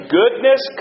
goodness